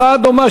הצעה דומה,